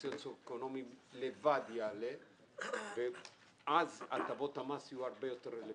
אז המצב הסוציו אקונומי יעלה ואז הטבות המס יהיו הרבה יותר רלוונטיות.